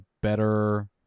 better